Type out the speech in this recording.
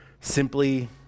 simply